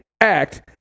act